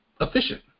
efficient